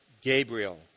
Gabriel